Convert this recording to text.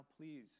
please